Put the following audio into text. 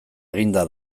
eginda